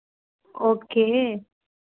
okay